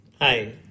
Hi